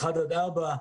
1 עד 4,